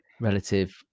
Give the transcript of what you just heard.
relative